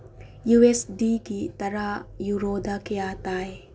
U S ꯗꯤꯒꯤ ꯇꯔꯥ ꯌꯨꯔꯣꯗ ꯀꯌꯥ ꯇꯥꯏ